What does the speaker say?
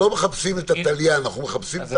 אנחנו לא מחפשים את התליין, אנחנו מחפשים את